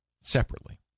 separately